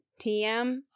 TM